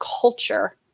culture